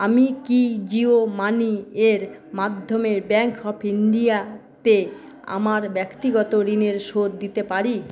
আমি কি জিও মানি এর মাধ্যমে ব্যাঙ্ক অব ইন্ডিয়া তে আমার ব্যক্তিগত ঋণের শোধ দিতে পারি